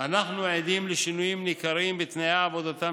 אנחנו עדים לשינויים ניכרים בתנאי עבודתם